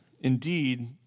indeed